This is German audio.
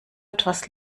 etwas